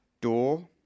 Door